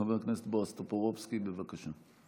חבר הכנסת בועז טופורובסקי, בבקשה.